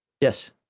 Yes